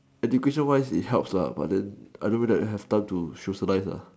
education wise it helps lah but then I don't really have time to socialise lah